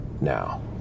Now